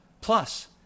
Plus